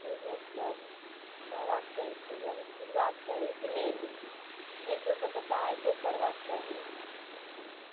बिजनेससभ रहबाक चाही खूजल खुजबाक चाही ओहिके लेल एक दोसरके सहायतो करबाक चाही